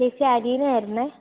ചേച്ചി അഥീന ആയിരുന്നു